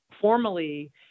formally